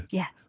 Yes